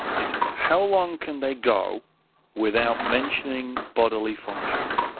it's how long can they go without mentioning bodily functions.